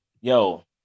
yo